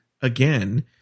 again